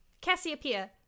Cassiopeia